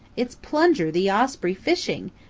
it's plunger the osprey fishing,